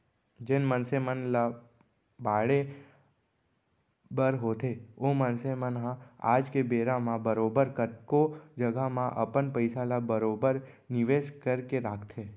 जेन मनसे मन ल बाढ़े बर होथे ओ मनसे मन ह आज के बेरा म बरोबर कतको जघा म अपन पइसा ल बरोबर निवेस करके राखथें